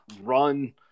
run